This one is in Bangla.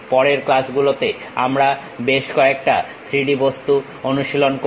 পরের ক্লাসগুলোতে আমরা বেশ কয়েকটা 3D বস্তু অনুশীলন করবো